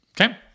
okay